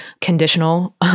conditional